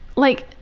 like